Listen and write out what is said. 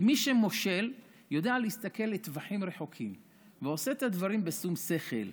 כי מי שמושל יודע להסתכל לטווחים ארוכים ועושה את הדברים בשום שכל,